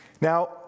Now